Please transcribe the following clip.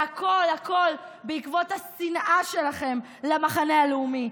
והכול בעקבות השנאה שלכם למחנה הלאומי,